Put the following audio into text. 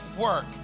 work